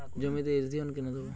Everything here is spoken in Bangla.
জমিতে ইরথিয়ন কেন দেবো?